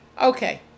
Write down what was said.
Okay